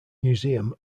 museum